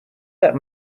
that